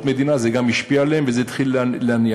מדינה זה גם השפיע עליהם וזה התחיל להניע.